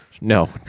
No